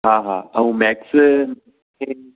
हा हा ऐं मैथ्स में